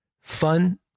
Fun